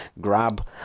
grab